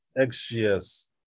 XGS